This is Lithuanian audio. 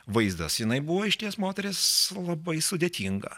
vaizdas jinai buvo išties moteris labai sudėtinga